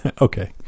okay